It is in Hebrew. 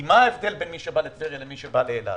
מה ההבדל בין מי שבא לטבריה לבין מי שבא לאילת?